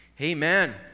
amen